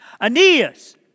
Aeneas